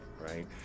right